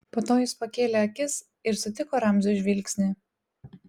po to jis pakėlė akis ir sutiko ramzio žvilgsnį